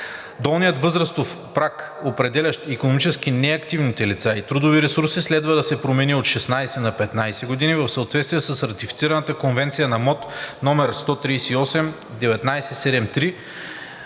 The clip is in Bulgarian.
Долният възрастов праг, определящ икономически неактивните лица и трудови ресурси, следва да се промени от 16 на 15 години в съответствие с ратифицираната конвенция на МОТ № 138/1973